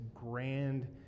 grand